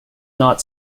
not